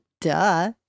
Duh